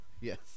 Yes